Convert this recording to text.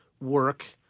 work